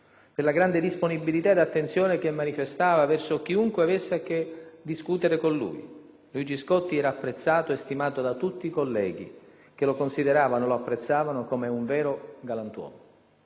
per la grande disponibilità ed attenzione che manifestava verso chiunque avesse a che fare con lui, Luigi Scotti era apprezzato e stimato da tutti i colleghi, che lo consideravano e lo apprezzavano come un vero galantuomo.